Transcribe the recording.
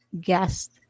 guest